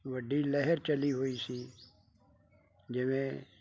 ਵੱਡੀ ਲਹਿਰ ਚੱਲੀ ਹੋਈ ਸੀ ਜਿਵੇਂ